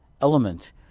element